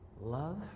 love